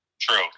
True